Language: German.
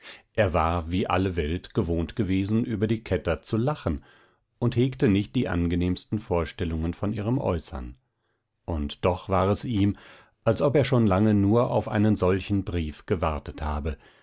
er war wie alle welt gewohnt gewesen über die kätter zu lachen und hegte nicht die angenehmsten vorstellungen von ihrem äußern und doch war es ihm als ob er schon lange nur auf einen solchen brief gewartet habe